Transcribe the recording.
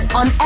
on